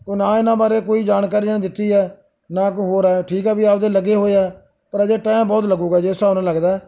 ਨਾ ਇਹਨਾਂ ਬਾਰੇ ਕੋਈ ਜਾਣਕਾਰੀ ਇਹਨਾਂ ਦਿੱਤੀ ਹੈ ਨਾ ਕੋਈ ਹੋਰ ਆਇਆ ਠੀਕ ਆ ਵੀ ਆਪਦੇ ਲੱਗੇ ਹੋਏ ਆ ਪਰ ਅਜੇ ਟਾਈਮ ਬਹੁਤ ਲੱਗੂਗਾ ਜਿਸ ਹਿਸਾਬ ਨਾਲ ਲੱਗਦਾ